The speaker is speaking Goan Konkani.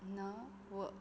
णव